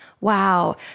Wow